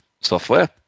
software